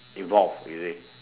involved you see